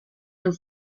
and